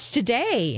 today